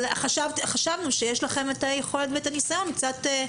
אבל חשבנו שיש לכם את היכולת ואת הניסיון לבצע את זה.